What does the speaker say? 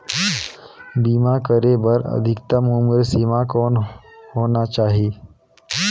बीमा करे बर अधिकतम उम्र सीमा कौन होना चाही?